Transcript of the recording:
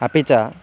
अपि च